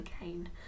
again